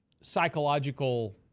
psychological